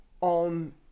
on